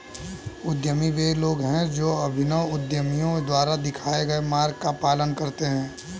उद्यमी वे लोग हैं जो अभिनव उद्यमियों द्वारा दिखाए गए मार्ग का पालन करते हैं